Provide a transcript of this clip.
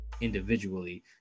individually